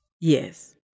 Yes